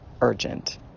urgent